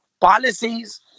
policies